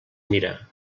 mirar